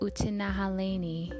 Utinahaleni